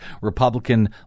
Republican